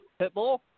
Pitbull